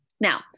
Now